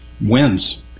wins